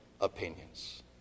opinions